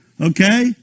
Okay